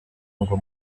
ngo